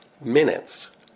minutes